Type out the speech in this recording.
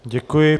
Děkuji.